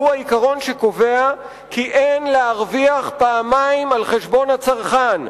והוא העיקרון שקובע כי אין להרוויח פעמיים על חשבון הצרכן.